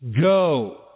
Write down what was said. go